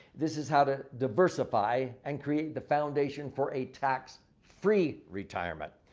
this is how to diversify and create the foundation for a tax free retirement.